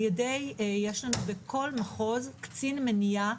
יש לנו בכל מחוז קצין מניעה